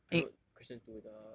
I wrote question two the